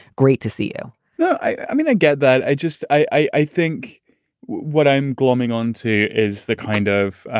great to see you no, i mean, i get that i just i i think what i'm glomming onto is the kind of